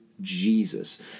Jesus